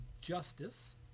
justice